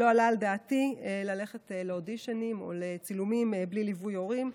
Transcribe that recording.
לא עלה על דעתי ללכת לאודישנים או לצילומים בלי ליווי הורים.